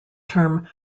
term